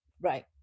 Right